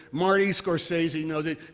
marty scorsese knows it.